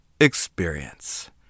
experience